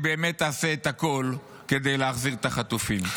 באמת תעשה הכול כדי להחזיר את החטופים.